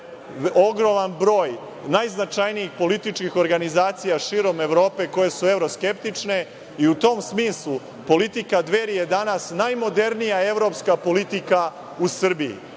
ogroman broj najznačajnijih političkih organizacija širom Evrope koje su evro skeptične i u tom smislu politika Dveri je danas najmodernija evropska politika u Srbiji. Ono